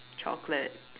chocolate